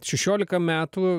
šešiolika metų